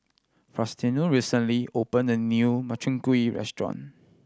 Faustino recently opened a new Makchang Gui restaurant